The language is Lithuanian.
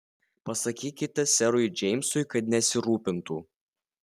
pasakykite serui džeimsui kad nesirūpintų